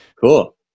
Cool